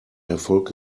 erfolg